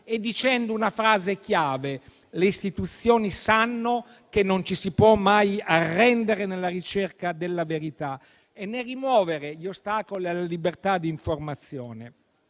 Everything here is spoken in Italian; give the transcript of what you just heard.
e dicendo una frase chiave: le istituzioni sanno che non ci si può mai arrendere nella ricerca della verità e nel rimuovere gli ostacoli alla libertà di informazione.